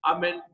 Amen